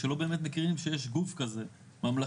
שלא באמת מכירים שיש גוף כזה ממלכתי,